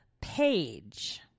page